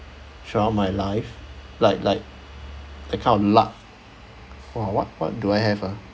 throughout my life like like that kind of luck !wah! what what do I have ah